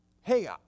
hey